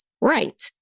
right